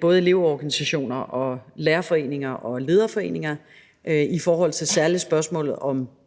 både elevorganisationer, lærerforeninger og lederforeninger om spørgsmålet om